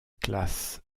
classe